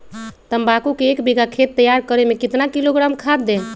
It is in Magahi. तम्बाकू के एक बीघा खेत तैयार करें मे कितना किलोग्राम खाद दे?